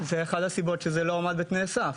זו אחת הסיבות שזה לא עמד בתנאי הסף.